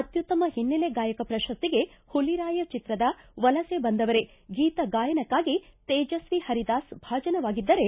ಅತ್ಯುತ್ತಮ ಹಿನ್ನೆಲೆ ಗಾಯಕ ಪ್ರಶಸ್ತಿಗೆ ಹುಲಿರಾಯ ಚಿತ್ರದ ವಲಸೆ ಬಂದವರೆ ಗೀತ ಗಾಯನಕ್ಕಾಗಿ ತೇಜಸ್ತಿ ಹರಿದಾಸ್ ಭಾಜನರಾಗಿದ್ದು